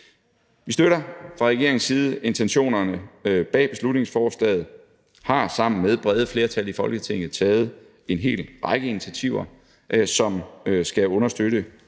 Vi støtter fra regeringens side intentionerne bag beslutningsforslaget. Vi har sammen med brede flertal i Folketinget taget en hel række initiativer, som skal understøtte